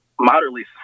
moderately